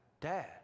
dad